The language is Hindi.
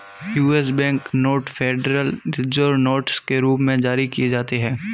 US bank note federal reserve notes के रूप में जारी किए जाते हैं